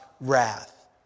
wrath